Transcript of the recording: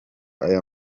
aya